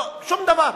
שום דבר.